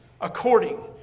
according